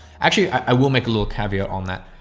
actually, i will make a little caveat on that.